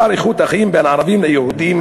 פער איכות החיים בין ערבים ליהודים,